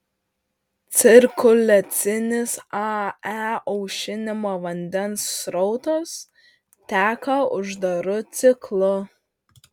cirkuliacinis ae aušinimo vandens srautas teka uždaru ciklu